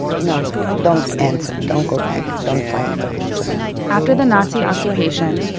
you know, don't answer. don't go back. don't fight for yourself after the nazi occupation,